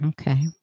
Okay